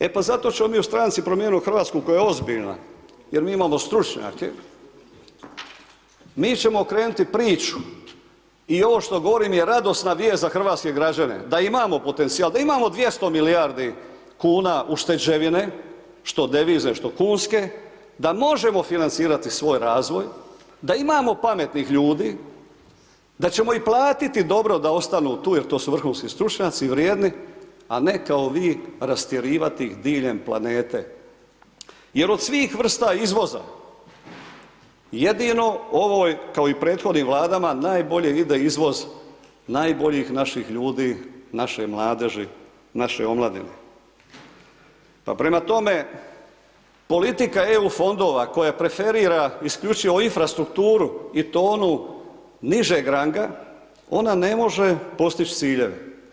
E pa zato ćemo mi u Stranci promijenimo Hrvatsku koja je ozbiljna jer mi imamo stručnjake, mi ćemo okrenuti priču i ovo što govorim je radosna vijest za hrvatske građane, da imamo potencijal, da imamo 200 milijardi kuna ušteđevine, što devizne, što kunske, da možemo financirati svoj razvoj, da imamo pametnih ljudi, da ćemo ih platiti dobro da ostanu tu jer to su vrhunsku stručnjaci, vrijedni, a ne kao vi rastjerivati ih diljem planete, jer od svih vrsta izvoza, jedino ovoj, kao i prethodnim Vladama, najbolje ide izvoz najboljih naših ljudi, naše mladeži, naše omladine, pa prema tome politika EU fondova koja preferira isključivo infrastrukturu i to onu nižeg ranga, ona ne može postić ciljeve.